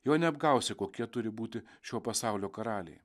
jo neapgausi kokie turi būti šio pasaulio karaliai